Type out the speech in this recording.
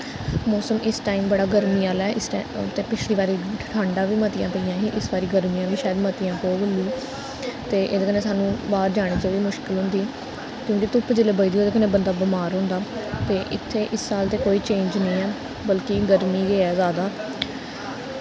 मौसम इस टाइम बड़ा गर्मी आह्ला ऐ इस टाइम ते पिछली बारी ठंडां बी मतियां पेइयां ही इस बारी गर्मियां बी शायद मतियां पौह्ग लू ते एह्दे कन्नै सानू बाह्र जाने च बी मुश्कल होंदी क्योंकि धुप्प जिल्लै बजदी ओह्दे कन्नै बंदा बमार होंदा ते इत्थै इस साल ते कोई चेंज नि ऐ बल्कि गर्मी गै ऐ ज्यादा